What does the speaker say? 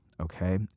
Okay